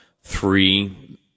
three